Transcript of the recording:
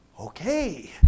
okay